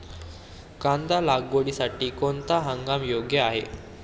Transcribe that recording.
कांदा लागवडीसाठी कोणता हंगाम योग्य आहे?